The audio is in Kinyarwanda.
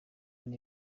uri